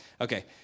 Okay